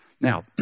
Now